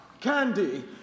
Candy